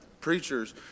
preachers